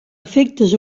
efectes